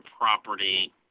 property